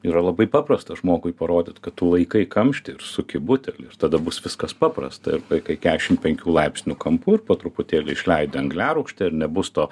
yra labai paprasta žmogui parodyt kad tu laikai kamštį ir suki butelį ir tada bus viskas paprasta ir laikai kešimt penkių laipsnių kampu ir po truputėlį išleidi angliarūgštę ir nebus to